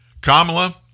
Kamala